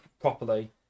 properly